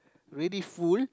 ready full